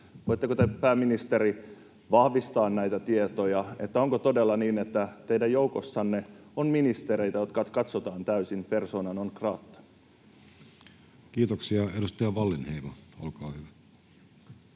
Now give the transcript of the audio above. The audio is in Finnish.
Voitteko te, pääministeri, vahvistaa näitä tietoja, onko todella niin, että teidän joukossanne on ministereitä, joiden katsotaan olevan täysin persona non grata? Kiitoksia. — Edustaja Wallinheimo.